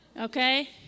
okay